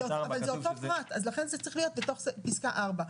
לכן זה צריך להיות בפסקה (4),